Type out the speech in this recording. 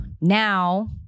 now